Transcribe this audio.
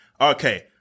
Okay